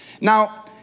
Now